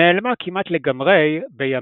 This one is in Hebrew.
נעלמה כמעט לגמרי בימינו.